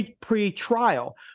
pre-trial